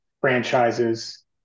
franchises